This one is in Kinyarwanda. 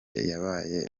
yabaye